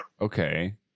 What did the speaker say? okay